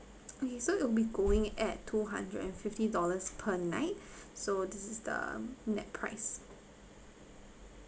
okay so it will be going at two hundred and fifty dollars per night so this is the net price